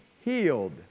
healed